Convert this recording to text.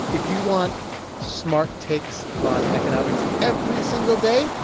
if you want smart takes on economics every single day,